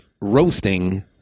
roasting